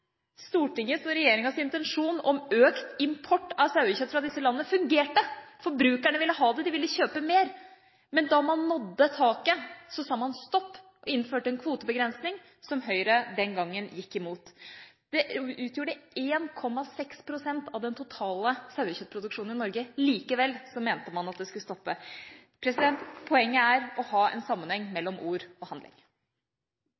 Stortingets og regjeringas intensjon om økt import av sauekjøtt fra disse landene fungerte. Forbrukerne ville ha det, de ville kjøpe mer. Men da man nådde taket, sa man stopp og innførte en kvotebegrensning som Høyre den gangen gikk imot. Det utgjorde 1,6 pst. av den totale sauekjøttproduksjonen i Norge, men likevel mente man at det skulle stoppes. Poenget er å ha